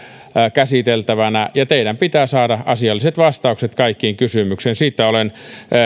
käsiteltävänä ja teidän pitää saada asialliset vastaukset kaikkiin kysymyksiin siitä olen